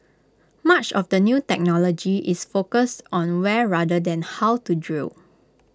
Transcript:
much of the new technology is focused on where rather than how to drill